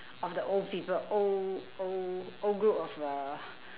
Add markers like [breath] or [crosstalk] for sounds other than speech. of the old people old old old group of uh [breath]